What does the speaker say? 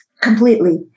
Completely